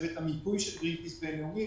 צוות המיפוי של גרינפיס בין-לאומי,